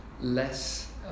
less